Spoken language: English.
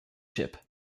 ship